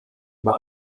über